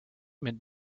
mit